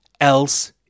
else